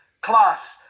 class